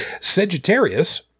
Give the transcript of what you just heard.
Sagittarius